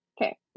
Okay